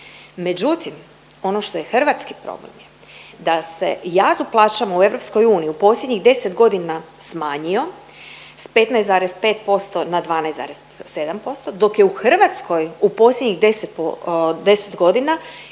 Međutim, ono što je hrvatski problem da se jaz u plaćama u EU u posljednjih 10 godina smanjio s 15,5% na 12,7%, dok je u Hrvatskoj u posljednjih 10 godina,